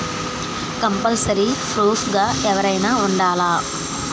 Compulsory proof గా ఎవరైనా ఉండాలా?